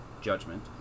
judgment